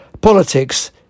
Politics